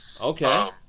Okay